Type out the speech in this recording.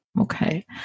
Okay